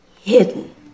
hidden